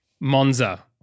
Monza